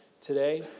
today